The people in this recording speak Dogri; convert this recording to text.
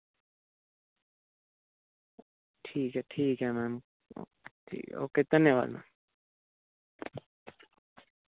ठीक ऐ ठीक ऐ मैम ओके धन्यबाद मैम